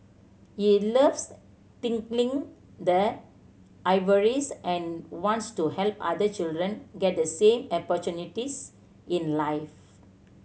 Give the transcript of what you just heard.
he loves tinkling the ivories and wants to help other children get the same opportunities in life